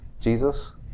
Jesus